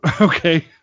okay